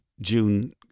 June